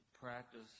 practice